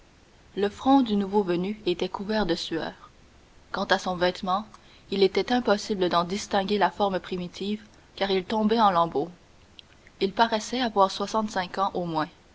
le front du nouveau venu était couvert de sueur quand à son vêtement il était impossible d'en distinguer la forme primitive car il tombait en lambeaux il paraissait avoir soixante-cinq ans au moins